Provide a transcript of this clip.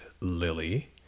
Lily